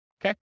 Okay